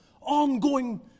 ongoing